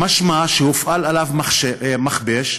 משמע שהופעל עליו מכבש,